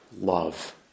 love